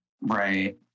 Right